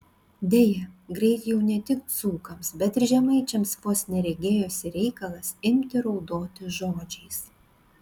deja greit jau ne tik dzūkams bet ir žemaičiams vos ne regėjosi reikalas imti raudoti žodžiais